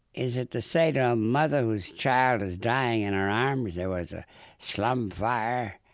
is it to say to a mother whose child is dying in her arms, there was a slum fire,